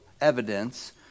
evidence